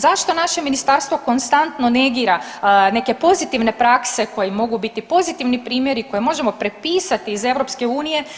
Zašto naše ministarstvo konstantno negira neke pozitivne prakse koji mogu biti pozitivni primjeri koje možemo prepisati iz EU?